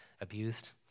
abused